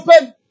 open